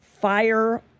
fire